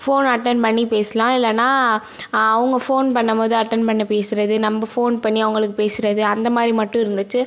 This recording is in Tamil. ஃபோன் அட்டன் பண்ணி பேசலாம் இல்லைன்னா அவங்க ஃபோன் பண்ணும் போது அட்டன் பண்ணி பேசுகிறது நம் ஃபோன் பண்ணி அவங்களுக்கு பேசுகிறது அந்த மாதிரி மட்டும் இருந்துச்சு